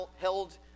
held